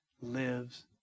lives